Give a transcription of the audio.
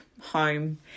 home